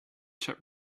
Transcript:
czech